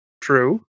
true